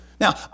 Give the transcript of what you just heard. Now